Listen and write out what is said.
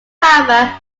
however